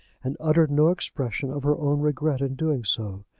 and uttered no expression of her own regret in doing so.